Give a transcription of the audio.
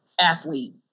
athlete